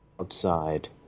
outside